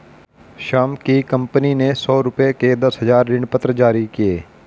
श्याम की कंपनी ने सौ रुपये के दस हजार ऋणपत्र जारी किए